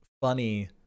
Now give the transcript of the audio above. funny